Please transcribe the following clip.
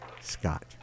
Scott